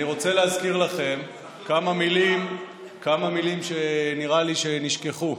אני רוצה להזכיר לכם כמה מילים שנראה לי שנשכחו: